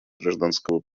гражданского